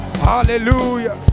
hallelujah